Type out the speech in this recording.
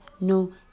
no